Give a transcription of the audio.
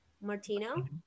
Martino